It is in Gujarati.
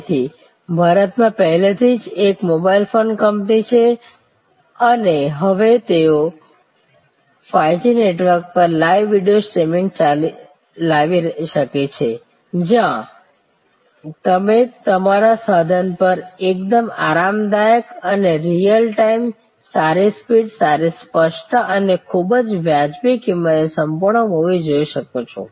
તેથી ભારતમાં પહેલેથી જ એક મોબાઇલ ફોન કંપની છે અને તેઓ હવે 5G નેટવર્ક પર લાઇવ વિડિયોઝ સ્ટ્રીમિંગ લાવી શકે છે જ્યાં તમે તમારા સાધન પર એકદમ આરામદાયક અને રિયલ ટાઇમ સારી સ્પીડ સારી સ્પષ્ટતા અને ખૂબ જ વાજબી કિંમતે સંપૂર્ણ મૂવી જોઈ શકો છો